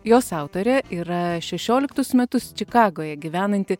jos autorė yra šešioliktus metus čikagoje gyvenanti